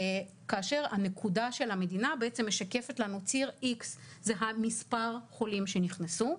כאשר הנקודה של המדינה בעצם משקפת לנו ציר X. זה המספר חולים שנכנסו,